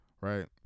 right